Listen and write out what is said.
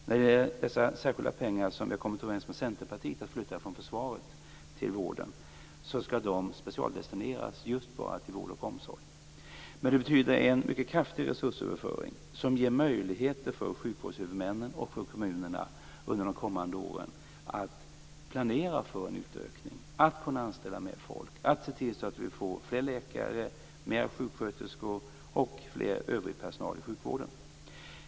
När det gäller de särskilda pengar som vi har kommit överens om med Centerpartiet att flytta från försvaret till vården skall dessa specialdestineras just till vård och omsorg. Men det betyder en mycket kraftig resursöverföring som ger möjlighet för sjukvårdshuvudmännen och för kommunerna att under de kommande åren planera för en utökning så att de kan anställa mer folk och se till att det blir fler läkare, sjuksköterskor och mer övrig personal i sjukvården.